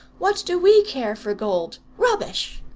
what do we care for gold rubbish!